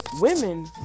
women